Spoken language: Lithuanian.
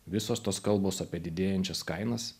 visos tos kalbos apie didėjančias kainas